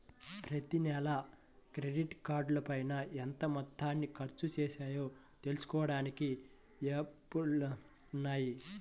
ప్రతినెలా క్రెడిట్ కార్డుపైన ఎంత మొత్తాన్ని ఖర్చుచేశామో తెలుసుకోడానికి యాప్లు ఉన్నయ్యి